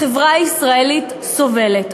החברה הישראלית סובלת,